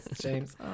James